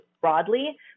broadly